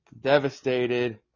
devastated